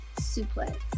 Suplex